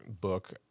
book